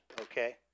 okay